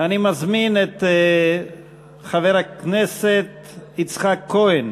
אני מזמין את חבר הכנסת יצחק כהן